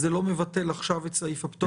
לא מבטל את סעיף הפטור?